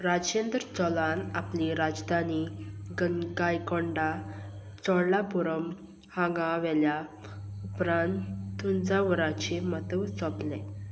राजेंद्र चोलान आपली राजधानी गन गायकोंडा चोडलापुरम हांगा व्हेल्या उपरांत तुंजावराचें महत्व सोंपलें